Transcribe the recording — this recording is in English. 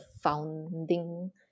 founding